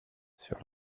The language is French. sur